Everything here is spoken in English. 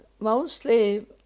Mostly